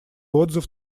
отзыв